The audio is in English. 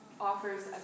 offers